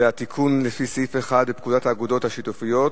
זה התיקון לסעיף 1 לפקודת האגודות השיתופיות,